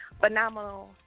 phenomenal